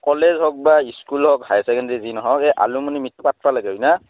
college হওক বা school হওক হায়াৰ চেকেণ্ডেৰী যি নহওক এই এলুমিনি মিট পাতবা লাগে হয় না